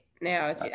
now